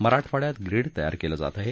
मराठवाङ्यात ग्रीड तयार केलं जात आहे